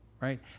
right